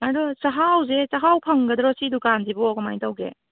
ꯑꯗꯣ ꯆꯍꯥꯎꯖꯦ ꯆꯍꯥꯎ ꯐꯪꯒꯗ꯭ꯔꯣ ꯁꯤ ꯗꯨꯀꯥꯟꯁꯤꯕꯣ ꯀꯃꯥꯏ ꯇꯧꯒꯦ